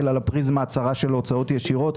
על הפריזמה הצרה של ההוצאות הישירות,